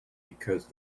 because